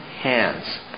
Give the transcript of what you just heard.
hands